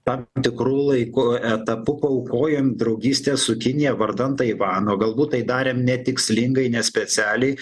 tam tikru laiku etapu paaukojom draugystę su kinija vardan taivano galbūt tai darėm ne tikslingai ne specialiai